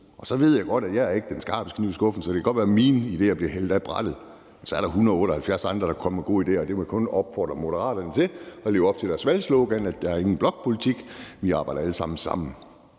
Så ved jeg godt, at jeg ikke er den skarpeste kniv i skuffen, så det kan godt være, at mine idéer bliver hældt ned ad brættet, men så er der 178 andre, der kan komme med gode idéer, så jeg vil bare opfordre Moderaterne til at leve op til deres valgslogan om, at der ikke skal være nogen blokpolitik, og at vi alle sammen skal